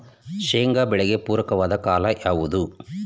ಶೇಂಗಾ ಬೆಳೆಗೆ ಪೂರಕವಾದ ಕಾಲ ಯಾವುದು?